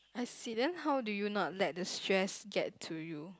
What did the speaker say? I see then how do you not let the stress get to you